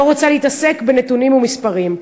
לא רוצה להתעסק בנתונים ומספרים.